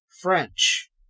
French